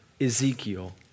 Ezekiel